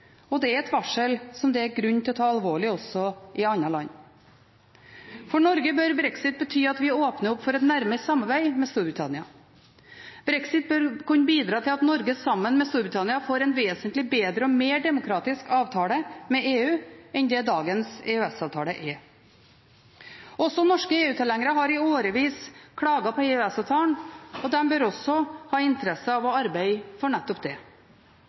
og det er et varsel som det er grunn til å ta alvorlig, også i andre land. For Norge bør brexit bety at vi åpner opp for et nærmere samarbeid med Storbritannia. Brexit bør kunne bidra til at Norge sammen med Storbritannia får en vesentlig bedre og mer demokratisk avtale med EU enn det dagens EØS-avtale er. Også norske EU-tilhengere har i årevis klaget over EØS-avtalen, og de bør også ha interesse av å arbeide for nettopp det.